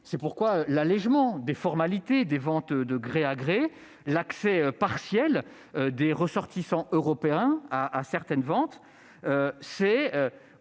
capitale. L'allégement des formalités des ventes de gré à gré ou l'accès partiel des ressortissants européens à certaines ventes sont,